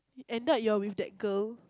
end up your with that girl